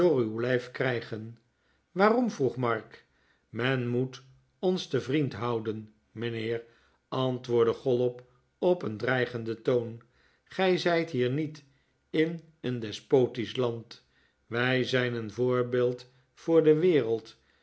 lijf krijgen waarom vroeg mark men moet ons te vriend houden mijnheer antwoordde chollop op een dreigenden toon gij zijt hier niet in een despotisch land wij zijn een voorbeeld voor de wereld